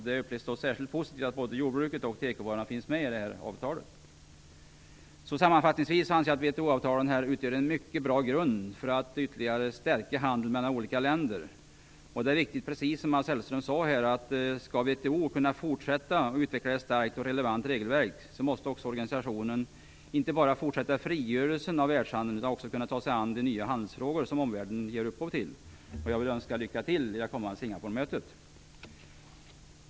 Det upplevs då som särskilt positivt att både jordbruket och tekovarorna finns med i avtalet. Sammanfattningsvis anser jag att WTO-avtalet utgör en mycket bra grund för att ytterligare stärka handeln mellan olika länder. Det är viktigt, precis som Mats Hellström sade, att om WTO skall kunna fortsätta att utveckla ett starkt och relevant regelverk måste organisationen inte bara kunna fortsätta frigörelsen av världshandeln utan också kunna ta sig an de nya handelsfrågor som omvärlden ger upphov till. Jag vill önska lycka till vid det kommande Singaporemötet.